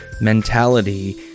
mentality